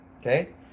okay